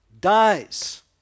dies